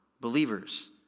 believers